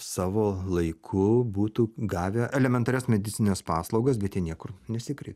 savo laiku būtų gavę elementarias medicinines paslaugas bet jie niekur nesikreipė